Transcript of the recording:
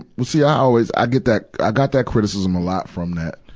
see, i always, i get that, i got that criticism a lot from that,